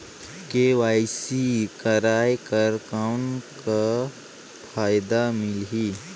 KYC कराय कर कौन का फायदा मिलही?